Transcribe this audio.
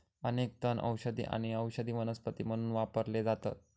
अनेक तण औषधी आणि औषधी वनस्पती म्हणून वापरले जातत